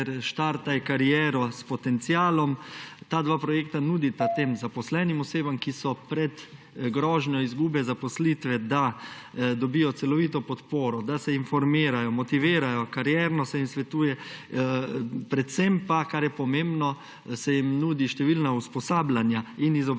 in Štartaj kariero s potencialom. Ta dva projekta nudita tem zaposlenim osebam, ki so pred grožnjo izgube zaposlitve, da dobijo celovito podporo, da se informirajo, motivirajo, karierno se jim svetuje, predvsem pa, kar je pomembno, se jim nudi številna usposabljanja in izobraževanja.